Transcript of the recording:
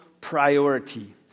priority